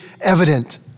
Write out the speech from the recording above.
evident